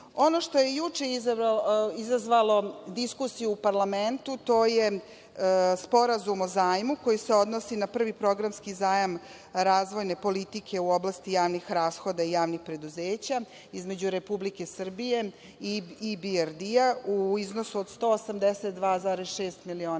što je juče izazvalo diskusiju u parlamentu, to je sporazum o zajmu koji se odnosi na prvi programski zajam razvojne politike u oblasti javnih rashoda i javnih preduzeća između Republike Srbije i IBRD-a u iznosu od 182,6 miliona